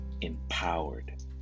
empowered